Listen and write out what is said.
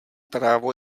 právo